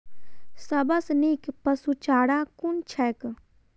सबसँ नीक पशुचारा कुन छैक?